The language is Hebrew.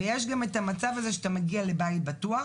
ויש גם את המצב הזה שאתה מגיע לבית בטוח